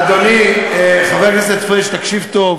אדוני, חבר הכנסת פריג', תקשיב טוב.